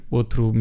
outro